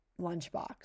lunchbox